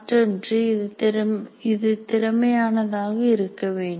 மற்றொன்று இது திறமையானதாக இருக்க வேண்டும்